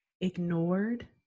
ignored